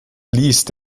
geleast